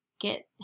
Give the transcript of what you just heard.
Get